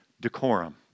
decorum